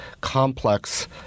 complex